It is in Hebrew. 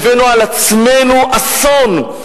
הבאנו על עצמנו אסון.